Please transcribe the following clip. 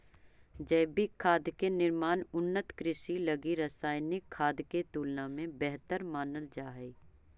जैविक खाद के निर्माण उन्नत कृषि लगी रासायनिक खाद के तुलना में बेहतर मानल जा हइ